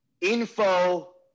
info